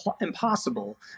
impossible